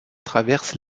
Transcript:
traversent